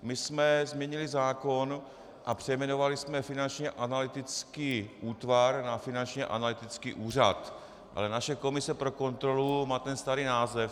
My jsme změnili zákon a přejmenovali jsme Finančně analytický útvar na Finančně analytický úřad, ale naše komise pro kontrolu má starý název.